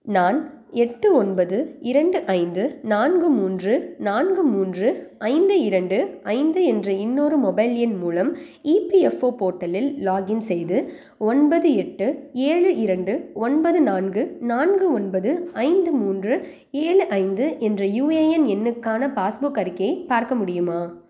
நான் எட்டு ஒன்பது இரண்டு ஐந்து நான்கு மூன்று நான்கு மூன்று ஐந்து இரண்டு ஐந்து என்ற இன்னொரு மொபைல் எண் மூலம் இபிஎஃப்ஓ போர்ட்டலில் லாகின் செய்து ஒன்பது எட்டு ஏழு இரண்டு ஒன்பது நான்கு நான்கு ஒன்பது ஐந்து மூன்று ஏழு ஐந்து என்ற யுஏஎன் எண்ணுக்கான பாஸ்புக் அறிக்கையை பார்க்க முடியுமா